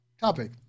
topic